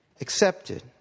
accepted